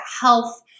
health